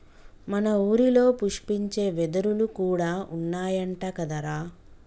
మన ఊరిలో పుష్పించే వెదురులు కూడా ఉన్నాయంట కదరా